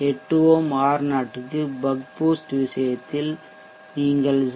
8 ohm R0 க்கு buck boost விஷயத்தில் நீங்கள் 0